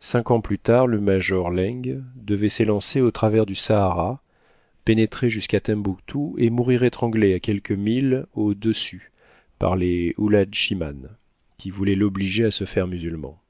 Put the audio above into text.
cinq ans plus tard le major laing devait s'élancer au travers du sahara pénétrer jusqu'à tembouctou et mourir étranglé à quelques milles au-dessus par les oulad shiman qui voulaient l'obliger à se faire musulman